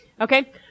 Okay